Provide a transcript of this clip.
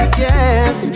yes